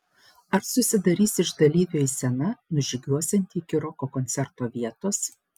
ar susidarys iš dalyvių eisena nužygiuosianti iki roko koncerto vietos